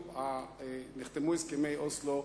כשנחתמו הסכמי אוסלו,